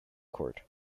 court